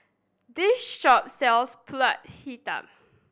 this shop sells Pulut Hitam